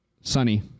Sunny